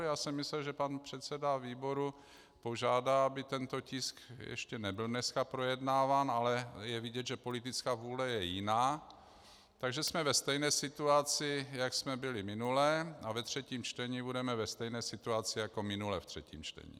Já jsem myslel, že pan předseda výboru požádá, aby tento tisk ještě nebyl dneska projednáván, ale je vidět, že politická vůle je jiná, takže jsme ve stejné situaci, jak jsme byli minule, a ve třetím čtení budeme ve stejné situaci, jako minule ve třetím čtení.